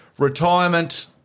Retirement